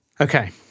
Okay